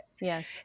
yes